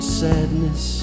sadness